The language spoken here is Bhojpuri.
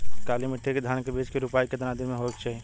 काली मिट्टी के धान के बिज के रूपाई कितना दिन मे होवे के चाही?